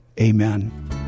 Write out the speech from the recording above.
Amen